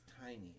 tiny